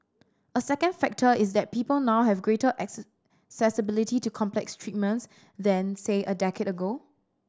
a second factor is that people now have greater accessibility to complex treatments than say a decade ago